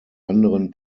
anderen